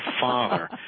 father